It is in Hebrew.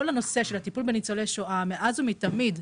כל הנושא של הטיפול בניצולי שואה מאז ומתמיד,